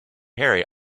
harry